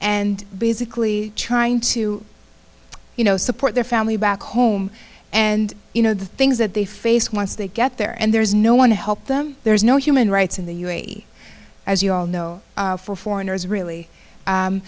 and basically trying to you know support their family back home and you know the things that they face once they get there and there's no one to help them there's no human rights in the u a e as you all know for foreigners really